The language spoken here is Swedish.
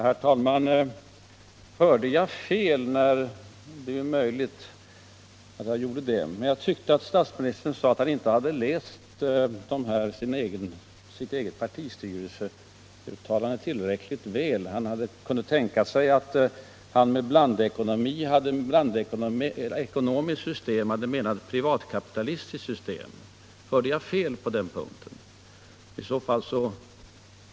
Herr talman! Hörde jag fel? Det är möjligt att jag gjorde det, men jag tyckte att statsministern sade att han inte läst sin egen partistyrelses utlåtande tillräckligt väl. Han kunde tänka sig att man med ”blandekonomiskt system” hade menat ”privatkapitalistiskt system”. Hörde jag fel på den punkten?